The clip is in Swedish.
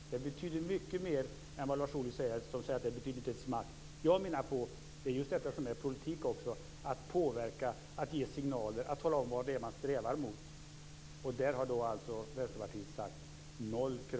Det betyder mycket mer än vad Lars Ohly säger: att det inte betyder ett smack. Jag menar att det är detta som är politik: att påverka, ge signaler och tala om vad det är man strävar mot. Och där har Vänsterpartiet sagt 0 kr.